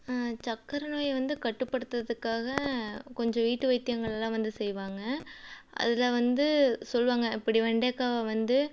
சர்க்கர நோயை வந்து கட்டுப்படுத்துகிறதுக்காக கொஞ்சம் வீட்டு வைத்தியங்கள்லாம் வந்து செய்வாங்கள் அதில் வந்து சொல்லுவாங்கள் இப்படி வெண்டைக்காயை வந்து